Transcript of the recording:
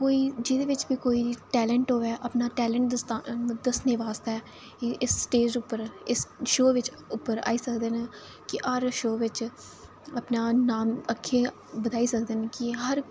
कोई जेह्दे बिच बी कोई टैलेंट होए अपना टैलेंट दस्सने वास्तै इस स्टेज उप्पर इस शो उप्पर आई सकदे न कि हर शो बिच अपना नां अग्गें बधाई सकदे न कि हर